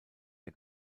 der